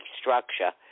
structure